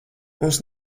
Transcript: mums